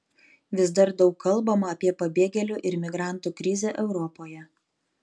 vis dar daug kalbama apie pabėgėlių ir migrantų krizę europoje